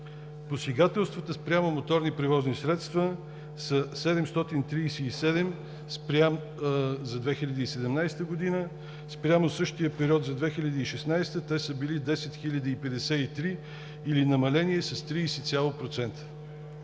Посегателствата спрямо моторни превозни средства са 737 за 2017 г., спрямо същия период за 2016 са били 10053 или намаление с 30%,